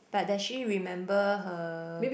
but does she remember her